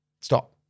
stop